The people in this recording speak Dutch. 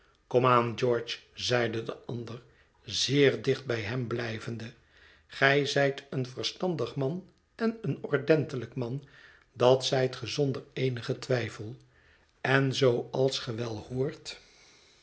aan george zeide de ander zeer dicht bij hem blijvende gij zijt een verstandig man en een ordentelijk man dat zijt ge zonder eenigen twijfel en zoo